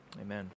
Amen